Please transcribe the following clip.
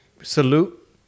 salute